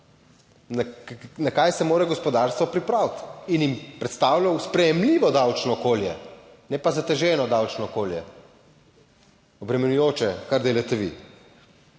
na kaj se mora gospodarstvo pripraviti in jim predstavljal sprejemljivo davčno okolje ne pa zateženo davčno okolje, obremenjujoče, kar delate vi.